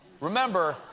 Remember